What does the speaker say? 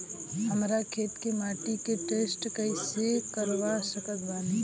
हमरा खेत के माटी के टेस्ट कैसे करवा सकत बानी?